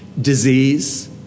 Disease